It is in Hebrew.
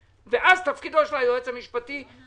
אני סבור שכל מה שמביאה הממשלה עובר בדרך כלל עבודה מקצועית,